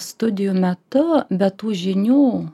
studijų metu be tų žinių